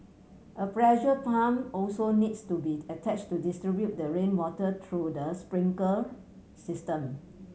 a pressure pump also needs to be attached to distribute the rainwater through the sprinkler system